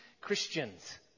Christians